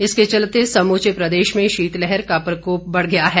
इसके चलते समूचे प्रदेश में शीतलहर का प्रकोप बढ़ गया है